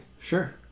Sure